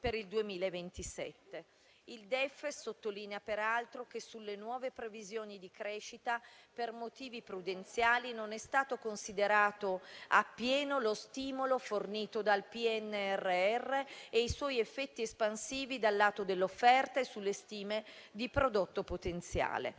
Il DEF sottolinea peraltro che sulle nuove previsioni di crescita, per motivi prudenziali, non è stato considerato appieno lo stimolo fornito dal PNRR e i suoi effetti espansivi dal lato dell'offerta e sulle stime di prodotto potenziale.